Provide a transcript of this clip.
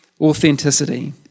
Authenticity